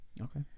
Okay